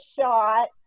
shot